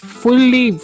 fully